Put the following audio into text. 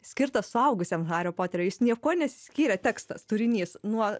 skirtas suaugusiems hario poterio jis niekuo nesiskyrė tekstas turinys nuo